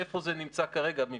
איפה זה נמצא כרגע מבחינתכם.